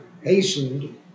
Hastened